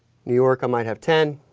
new york i might have ten,